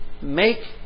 make